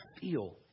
feel